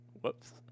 Whoops